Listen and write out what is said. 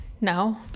no